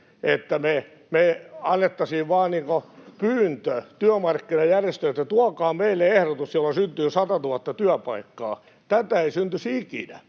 että me annettaisiin vain pyyntö työmarkkinajärjestöille, että tuokaa meille ehdotus, jolla syntyy 100 000 työpaikkaa — tätä ei syntyisi ikinä.